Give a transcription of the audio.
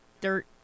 dirt